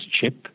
chip